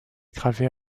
gravées